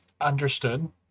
Understood